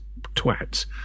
twats